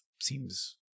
seems